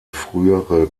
frühere